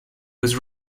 was